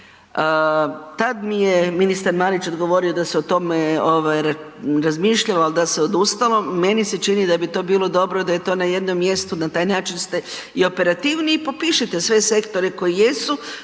Tad mi je ministar Marić da se o tome razmišljalo, ali da se odustalo, meni se čini da bi to bilo dobro da je to na jednom mjestu. Na taj način ste i operativniji i popišite sve sektore koji jesu,